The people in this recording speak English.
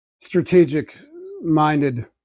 strategic-minded